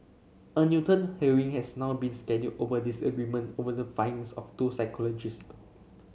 a Newton hearing has now been scheduled over a disagreement on the findings of two psychiatrist